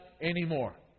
anymore